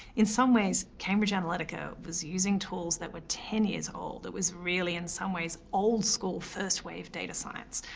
in some ways, cambridge analytica was using tools that were ten years old. it was really, in some ways, old-school, first-wave data science.